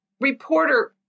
reporter